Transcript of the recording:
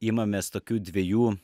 imamės tokių dviejų